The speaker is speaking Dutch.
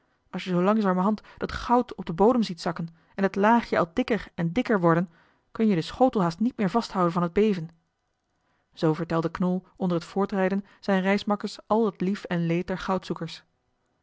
als je zoo langzamerhand dat goud op den bodem ziet zakken en het laagje al dikker en dikker worden kun je den schotel haast niet meer vast houden van het beven zoo vertelde knol onder het voortrijden zijn reismakkers al het lief en leed